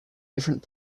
different